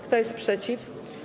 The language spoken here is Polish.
Kto jest przeciw?